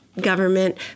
government